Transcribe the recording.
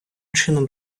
чином